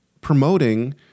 promoting